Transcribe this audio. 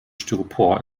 styropor